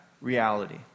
reality